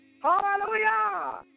Hallelujah